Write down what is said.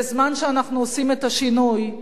בזמן שאנחנו עושים את השינוי,